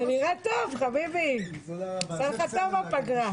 הבקשה התקבלה.